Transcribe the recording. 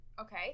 okay